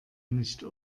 nicht